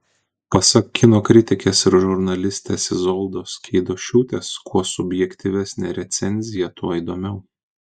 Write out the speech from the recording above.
pasak kino kritikės ir žurnalistės izoldos keidošiūtės kuo subjektyvesnė recenzija tuo įdomiau